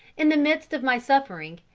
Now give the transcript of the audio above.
in the midst of my suffering,